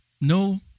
No